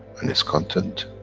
and its content,